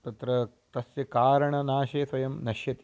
तत्र तस्य कारणनाशे स्वयं नश्यति